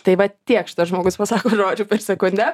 tai va tiek žmogus pasako žodžių per sekundę